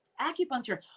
Acupuncture